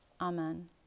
Amen